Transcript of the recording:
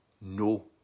No